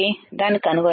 దాన్ని కనుగొనండి